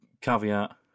caveat